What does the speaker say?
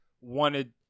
wanted